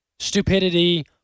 stupidity